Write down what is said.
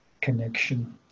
connection